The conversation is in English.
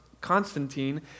Constantine